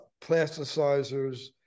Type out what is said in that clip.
plasticizers